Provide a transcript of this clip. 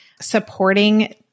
supporting